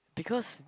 because